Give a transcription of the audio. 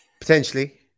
Potentially